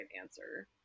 answer